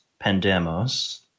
Pandemos